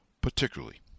particularly